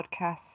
podcast